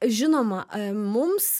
žinoma mums